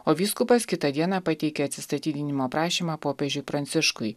o vyskupas kitą dieną pateikė atsistatydinimo prašymą popiežiui pranciškui